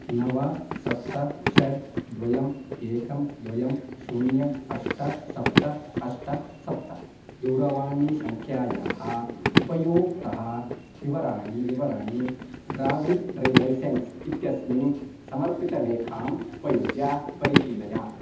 नव सप्त षट् द्वे एकं द्वे शून्यं अष्ट सप्त अष्ट सप्त दूरवाणीसङ्ख्यायाः उपयोक्तः विवराणानि विवरणानि ड्राविङ्ग् ड्रै लैसेन्स् इत्यस्मिन् समर्पितलेखाम् उपयुज्य परिशीलय